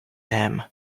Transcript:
ham